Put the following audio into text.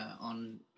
on